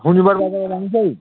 सनिबार बारायाव लांनिसै